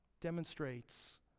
demonstrates